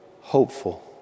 hopeful